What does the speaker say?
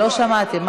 רגע, לא שמעתי.